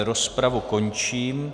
Rozpravu končím.